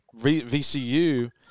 VCU